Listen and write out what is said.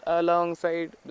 alongside